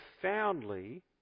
profoundly